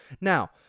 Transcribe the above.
Now